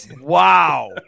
Wow